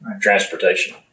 transportation